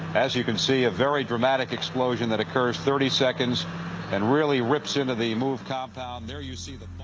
as you can see, a very dramatic explosion that occurs thirty seconds and really rips into the move compound. there you see the.